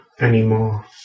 anymore